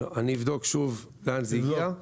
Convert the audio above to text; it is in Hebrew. אני אבדוק שוב לאן זה הגיע.